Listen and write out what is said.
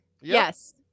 Yes